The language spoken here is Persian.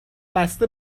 بسته